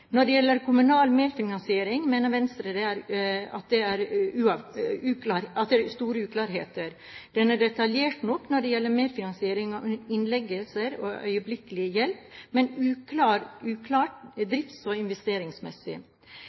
Når det gjelder kommunal medfinansiering, mener Venstre at det er store uklarheter. Den er detaljert nok når det gjelder medfinansiering ved innleggelser og øyeblikkelig hjelp, men uklar drifts- og investeringsmessig.